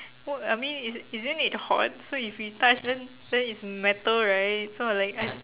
what I mean is isn't it hot so if you touch then then it's metal right so I like I